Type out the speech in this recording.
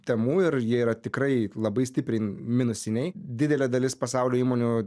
temu ir jie yra tikrai labai stipriai minusiniai didelė dalis pasaulio įmonių